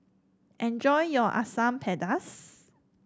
enjoy your Asam Pedas